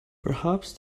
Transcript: perhaps